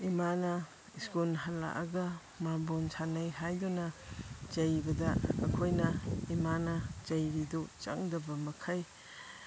ꯏꯃꯥꯅ ꯁ꯭ꯀꯨꯜ ꯍꯜꯂꯛꯑꯒ ꯃꯥꯔꯕꯣꯜ ꯁꯥꯟꯅꯩ ꯍꯥꯏꯗꯨꯅ ꯆꯩꯕꯗ ꯑꯩꯈꯣꯏꯅ ꯏꯃꯥꯅ ꯆꯩꯔꯤꯗꯨ ꯆꯪꯗꯕ ꯃꯈꯩ